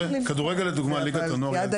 כדורגל לדוגמה, ליגת הנוער היא עד